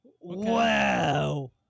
Wow